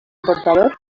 portador